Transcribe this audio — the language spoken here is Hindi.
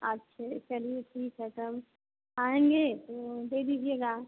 अच्छा चलिए ठीक है तब आएँगे तो दे दीजिएगा